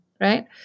right